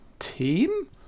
team